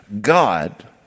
God